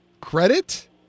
Credit